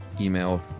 email